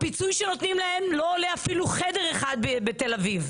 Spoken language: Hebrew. הפיצוי שנותנים להם לא עולה אפילו חדר אחד בתל אביב.